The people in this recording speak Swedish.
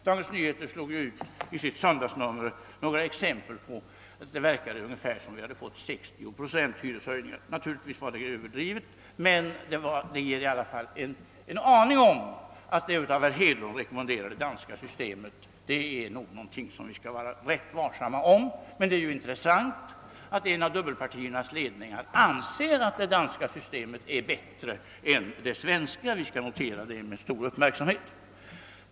Dagens Nyheter slog ju i ett söndagsnummer för någon tid sedan upp exempel på att det verkade som om det blivit 60-procentiga hyreshöjningar i Danmark. Naturligtvis var det överdrivet, men det ger i alla fall en aning om att det av herr Hedlund rekommenderade danska systemet är något som vi skall vara rätt varsamma med. Det är emellertid intressant att en av dubbelpartiernas ledare anser att det danska systemet är bättre än det svenska — vi skall nogsamt notera det.